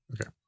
Okay